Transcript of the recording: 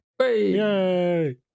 Yay